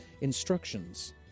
instructions